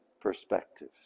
perspective